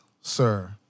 sir